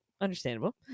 Understandable